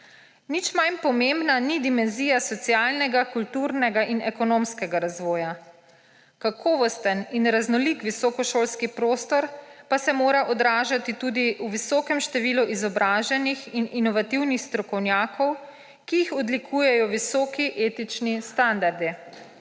Nič manj pomembna ni dimenzija socialnega, kulturnega in ekonomskega razvoja. Kakovosten in raznolik visokošolski prostor pa se mora odražati tudi v visokem številu izobraženih in inovativnih strokovnjakov, ki jih odlikujejo visoki etični standardi.